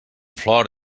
flor